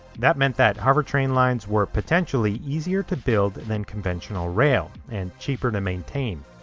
that meant that hovertrain lines were potentially easier to build than conventional rail and cheaper to maintain.